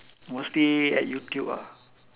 mostly at youtube ah